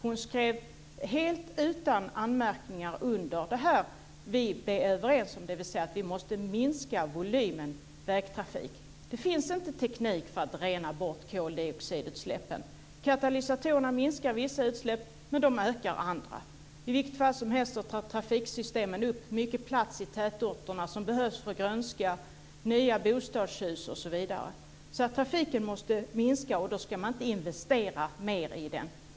Hon skrev helt utan anmärkningar under det vi är överens om, dvs. att vi måste minska volymen vägtrafik. Det finns inte teknik för att rena bort koldioxidutsläppen. Katalysatorerna minskar vissa utsläpp, men de ökar andra. I vilket fall som helst tar trafiksystemen upp mycket plats i tätorterna som behövs för grönska, nya bostadshus osv. Trafiken måste minska, och då ska man inte investera mer i den.